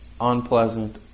unpleasant